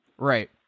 Right